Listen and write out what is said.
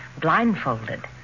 blindfolded